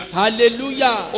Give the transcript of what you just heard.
hallelujah